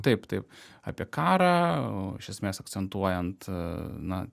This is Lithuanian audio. taip taip apie karą iš esmės akcentuojant na